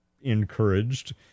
encouraged